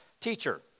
teacher